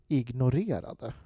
ignorerade